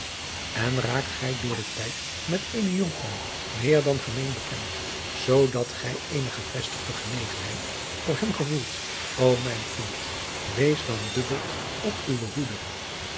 en raakt gij door den tijd met eenen jonkman meer dan gemeen bekend zoodat gij eene gevestigde genegenheid voor hem gevoelt ô mijn kind wees dan dubbeld op uwe